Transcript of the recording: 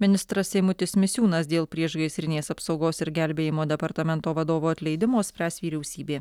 ministras eimutis misiūnas dėl priešgaisrinės apsaugos ir gelbėjimo departamento vadovo atleidimo spręs vyriausybė